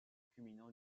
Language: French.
culminant